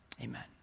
amen